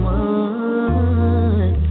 one